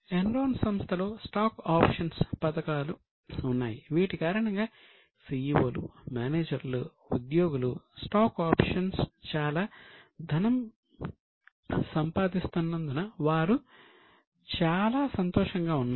Enron సంస్థ లో stock options చాలా ధనం సంపాదిస్తున్నందున వారు చాలా సంతోషంగా ఉన్నారు